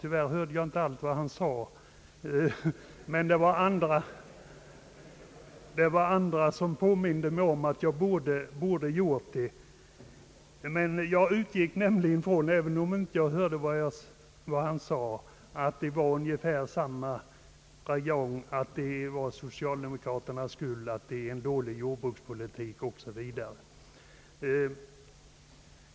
Tyvärr hörde jag inte allt vad han sade, men jag utgår från att det var ungefär den gamla visan — att det är socialdemokraternas. fel att det förs en dålig jordbrukspolitik o. s. v.